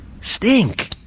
stink